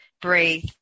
breathe